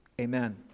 Amen